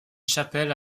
chapelle